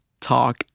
talk